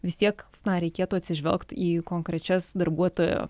vis tiek na reikėtų atsižvelgti į konkrečias darbuotojo